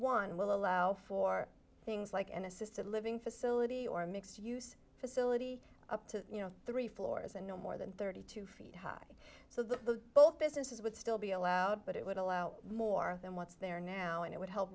one will allow for things like an assisted living facility or a mixed use facility up to you know three floors and no more than thirty two feet high so the both businesses would still be allowed but it would allow more than what's there now and it would help